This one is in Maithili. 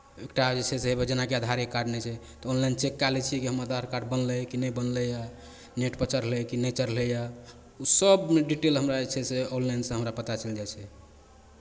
एक टा जे छै से हेवए जेनाकि आधारे कार्ड नहि छै तऽ ऑनलाइन चेक कए लै छियै कि हमर आधार कार्ड बनलै कि नहि बनलैए नेटपर चढ़लै कि नहि चढ़लैए ओ सभमे डिटेल हमरा जे छै से ऑनलाइनसँ हमरा पता चलि जाइ छै